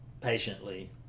patiently